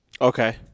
Okay